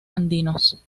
andinos